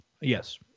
Yes